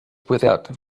without